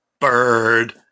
Bird